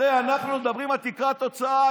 הרי אנחנו מדברים על תקרת הוצאה,